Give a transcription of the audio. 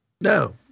No